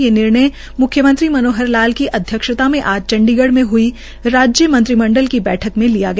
ये निर्णय मुख्यमंत्री श्री मनोहर लाल की अध्यक्षता में आज चंडीगढ़ में हई राज्य मंत्रिमंडल की बैठक में लिया गया